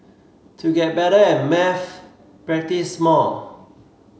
to get better at maths practise more